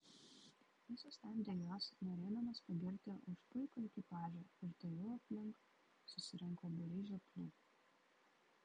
jis sustabdė juos norėdamas pagirti už puikų ekipažą ir tuojau aplink susirinko būriai žioplių